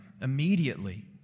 immediately